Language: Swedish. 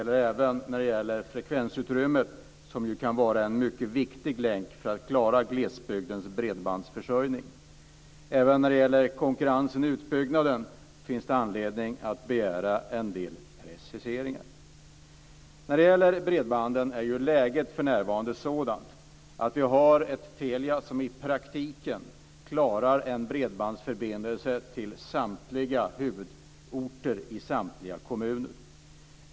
Det gäller även beträffande frekvensutrymmet, som ju kan vara en mycket viktig länk för att klara glesbygdens bredbandsförsörjning. Även när det gäller konkurrensen i utbyggnaden finns det anledning att begära en del preciseringar. När det gäller bredbanden är läget för närvarande sådant att Telia i praktiken klarar en bredbandsförbindelse till samtliga huvudorter i alla kommuner.